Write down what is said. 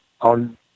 on